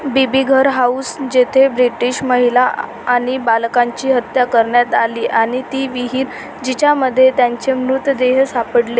Bibighar house जेथे British महिला आणि बालकांची हत्या करण्यात आली आणि ती विहीर जिच्यामध्ये त्यांचे मृतदेह सापडले